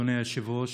אדוני היושב-ראש.